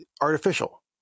artificial